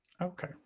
Okay